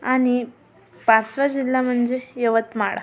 आणि पाचवा जिल्हा म्हणजे यवतमाळ